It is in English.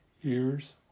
years